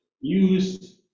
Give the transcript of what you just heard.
use